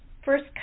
first